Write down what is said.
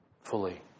fully